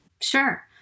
Sure